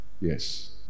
Yes